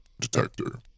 detector